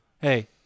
Hey